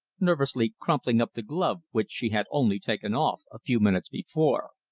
nervously crumpling up the glove which she had only taken off a few minutes before.